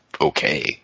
okay